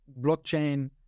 blockchain